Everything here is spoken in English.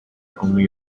only